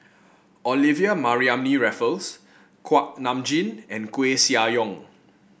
Olivia Mariamne Raffles Kuak Nam Jin and Koeh Sia Yong